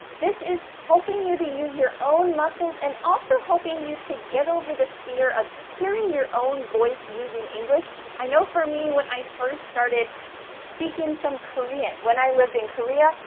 this is helping you to use your own muscles, and also helping you to get over the fear of hearing your own voice using english. i know for me, when i first started speaking some korean when i lived in korea,